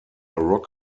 rock